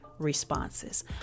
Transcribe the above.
responses